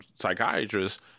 psychiatrist